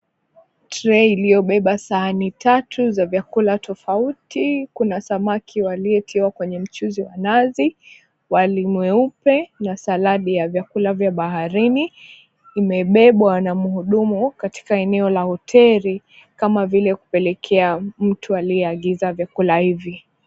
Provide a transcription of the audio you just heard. Tray iliyobeba sahani tatu za vyakula tofauti, kuna samaki waliotiwa kwenye mchuzi wa nazi, wali mweupe na saladi ya vyakula vya baharini. Imebebwa na mhudumu katika eneo la hoteli, kama vile kupelekea mtu aliyeagiza vyakula hivi.